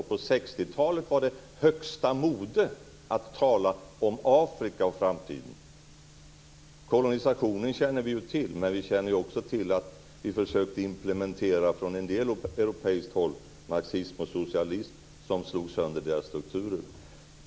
Och på 60-talet var det högsta mode att tala om Afrika och framtiden. Kolonisationen känner vi ju till, men vi känner också till att man från en del europeiska länder försökte implementera marxism och socialism som slog sönder deras strukturer.